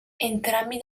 entrambi